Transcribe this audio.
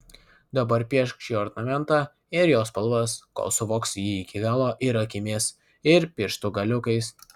dabar piešk šį ornamentą ir jo spalvas kol suvoksi jį iki galo ir akimis ir pirštų galiukais